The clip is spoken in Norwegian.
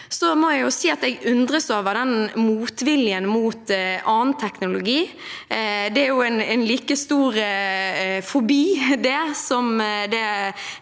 Jeg undres over motviljen mot annen teknologi. Det er en like stor fobi som det